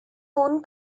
own